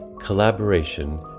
Collaboration